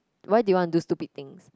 why do you want do stupid things